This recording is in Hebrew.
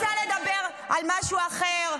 --- אני רוצה לדבר על משהו אחר,